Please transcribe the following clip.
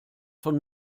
von